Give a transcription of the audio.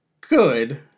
good